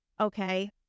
Okay